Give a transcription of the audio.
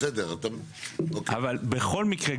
בכל מקרה,